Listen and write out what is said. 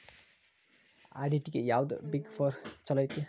ಆಡಿಟ್ಗೆ ಯಾವ್ದ್ big four ಚಲೊಐತಿ?